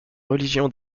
religion